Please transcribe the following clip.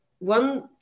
One